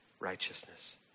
righteousness